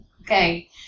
okay